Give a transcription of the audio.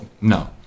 No